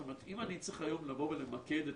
זאת אומרת אם אני צריך היום למקד את